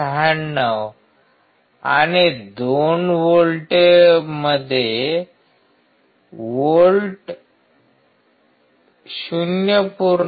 96 आणि 2 व्होल्टमध्ये 0